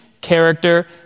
character